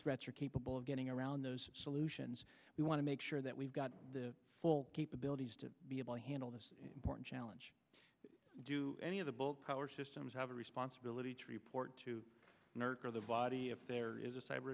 threats are capable of getting around those solutions we want to make sure that we've got the full capabilities to be able to handle this important challenge do any of the book power systems have a responsibility to report to nurture the body if there is a cyber